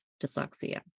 dyslexia